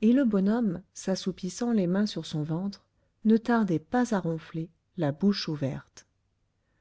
et le bonhomme s'assoupissant les mains sur son ventre ne tardait pas à ronfler la bouche ouverte